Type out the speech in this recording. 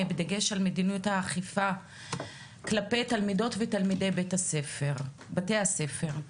בדגש על מדיניות האכיפה כלפי תלמידות ותלמידי בתי הספר.